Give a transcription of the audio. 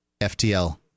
FTL